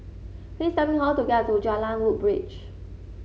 please tell me how to get to Jalan Woodbridge